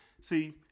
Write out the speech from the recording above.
see